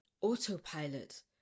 autopilot